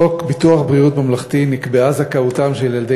בחוק ביטוח בריאות ממלכתי נקבעה זכאותם של ילדי